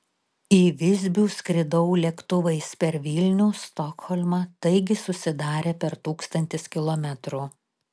į visbių skridau lėktuvais per vilnių stokholmą taigi susidarė per tūkstantis kilometrų